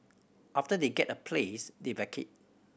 after they get a place they vacate